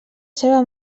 seva